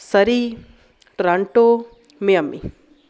Surrey Toronto Miami